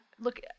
look